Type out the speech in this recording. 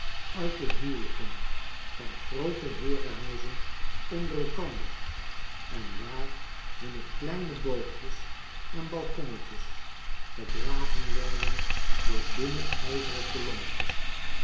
uit de huwelijken van de groote heerenhuizen onder elkander en waar hunne kleine boogjes en balconnetjes gedragen werden door dunne ijzeren kolommetjes